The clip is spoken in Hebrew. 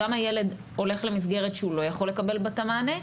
גם הילד הולך למסגרת שהוא לא יכול לקבל בה את המענה,